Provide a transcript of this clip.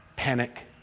panic